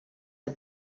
her